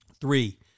Three